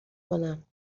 کنم